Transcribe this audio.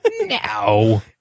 No